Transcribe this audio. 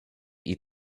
eat